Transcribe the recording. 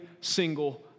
single